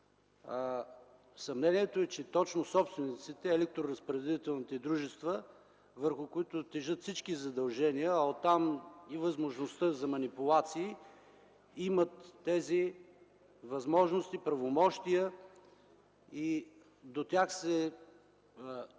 Съмнението е, че точно собствениците, електроразпределителните дружества, върху които тежат всички задължения, имат възможността за манипулации, имат тези възможности, правомощия.